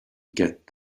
get